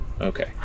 Okay